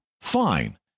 Fine